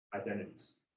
identities